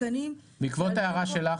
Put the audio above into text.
בעקבות ההערה שלך